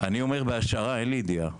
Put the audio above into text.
אני אומר בהשערה אין לי ידיעה